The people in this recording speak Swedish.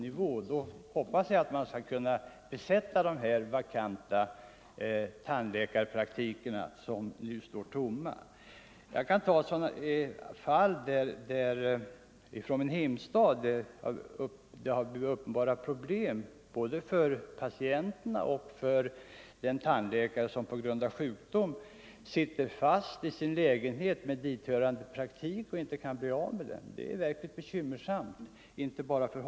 Jag hoppas att det då skall bli möjligt att återigen ta i bruk de tandläkarpraktiker som nu står tomma. Jag kan nämna ett fall från min hemstad, där det har blivit uppenbara problem på grund av att en tandläkare till följd av sjukdom inte kan utnyttja sin praktik och inte heller kan bli av med sin lägenhet och därtill hörande praktik.